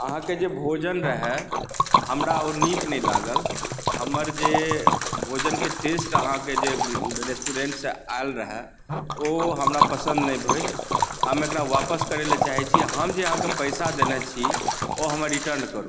अहाँके जे भोजन रहए हमरा ओ नीक नहि लागल हमर जे भोजनके टेस्ट अहाँके रेस्टोरेन्टसँ आएल रहए ओ हमरा पसन्द नहि भेल हम एक़रा वापस करै लेल चाहै छी हम जे अहाँके पैसा देने छी ओ हमर रिटर्न करू